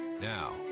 Now